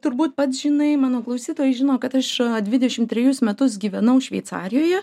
turbūt pats žinai mano klausytojai žino kad aš dvidešim trejus metus gyvenau šveicarijoje